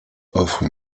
offre